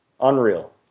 unreal